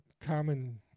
common